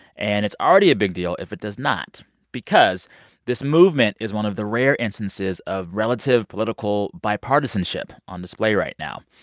and it's already a big deal if it does not because this movement is one of the rare instances of relative political bipartisanship on display right now.